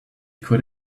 could